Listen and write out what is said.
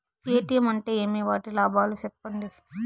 ATM అంటే ఏమి? వాటి లాభాలు సెప్పండి